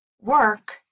work